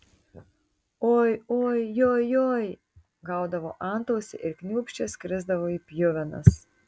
oi oi joj joj gaudavo antausį ir kniūpsčias krisdavo į pjuvenas